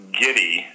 giddy